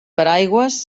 paraigües